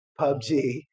PUBG